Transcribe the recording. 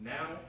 Now